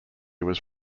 was